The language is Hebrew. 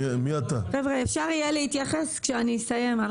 יהיה אפשר להתייחס כשאסיים.